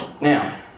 Now